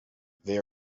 they